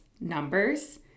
numbers